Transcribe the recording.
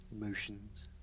emotions